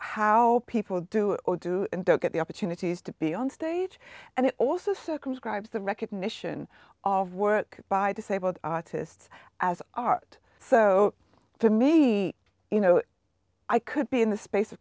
how people do or do and don't get the opportunities to be on stage and it also circumscribes the recognition of work by disabled artists as art so for me you know i could be in the space